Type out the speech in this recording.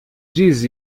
diz